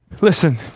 listen